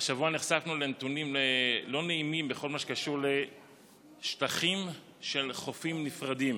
השבוע נחשפנו לנתונים לא נעימים בכל מה שקשור לשטחים של חופים נפרדים